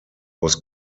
was